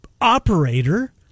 operator